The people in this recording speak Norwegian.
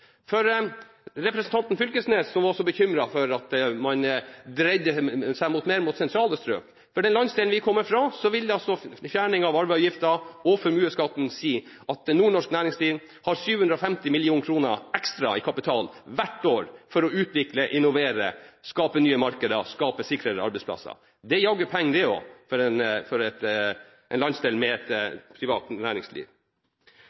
representanten Knag Fylkesnes, som var så bekymret for at man dreide seg mer mot sentrale strøk, vil jeg si at for den landsdelen vi kommer fra, vil fjerning av arveavgiften og formuesskatten si at nordnorsk næringsliv har 750 mill. kr ekstra i kapital hvert år for å utvikle, innovere, skape nye markeder og skape sikrere arbeidsplasser. Det er jaggu penger, det òg, for en landsdel med et privat næringsliv. Denne regjeringen leverer på vei, med